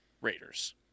Raiders